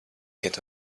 get